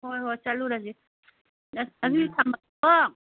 ꯍꯣꯏ ꯍꯣꯏ ꯆꯠꯂꯨꯔꯁꯤ